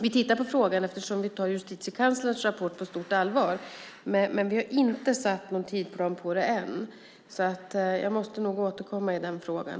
Vi tittar på frågan eftersom vi tar Justitiekanslerns rapport på stort allvar, men vi har inte satt någon tidsplan för detta än. Jag måste nog därför återkomma i den frågan.